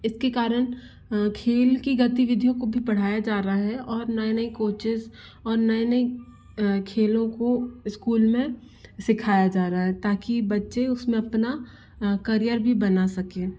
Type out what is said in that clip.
इसके कारण खेल की गतिविधियों को भी पढ़ाया जा रहा है और नए नए कोचेस और नए नए खेलों को इस्कूल में सिखाया जा रहा है ताकि बच्चे उस में अपना करिअर भी बना सकें